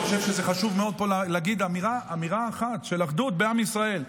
אני חושב שחשוב מאוד להגיד פה אמירה אחת של אחדות בעם ישראל,